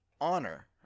honor